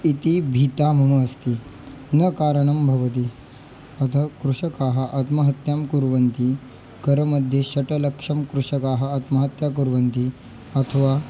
इति भीता मम अस्ति न कारणं भवति अतः कृषकाः आत्महत्यां कुर्वन्ति करमध्ये षड्लक्षं कृषकाः आत्महत्यां कुर्वन्ति अथवा